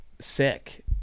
sick